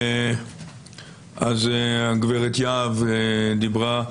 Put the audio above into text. הגב' יהב דיברה.